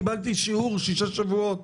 קיבלתי שיעור שישה שבועות,